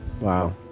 Wow